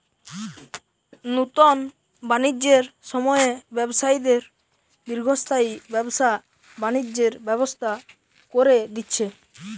নুতন বাণিজ্যের সময়ে ব্যবসায়ীদের দীর্ঘস্থায়ী ব্যবসা বাণিজ্যের ব্যবস্থা কোরে দিচ্ছে